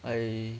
I